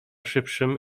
szybszym